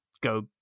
go